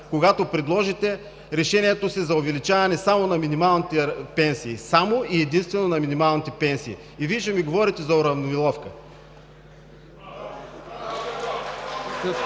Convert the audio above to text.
когато предложите решението си за увеличаване само на минималните пенсии – единствено и само на минималните пенсии! И Вие ще ми говорите за уравновиловка!